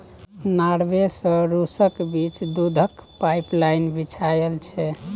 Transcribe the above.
Norway सँ रुसक बीच दुधक पाइपलाइन बिछाएल छै